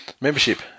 membership